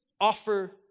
offer